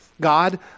God